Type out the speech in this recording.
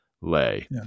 lay